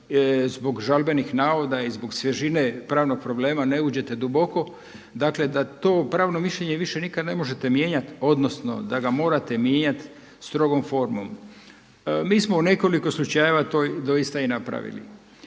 zbog žalbenih navoda i zbog svježine pravnog problema ne uđete duboko, dakle da to pravno mišljenje više nikad ne možete mijenjat odnosno da ga morate mijenjati strogom formom. Mi smo u nekoliko slučajeva to doista i napravili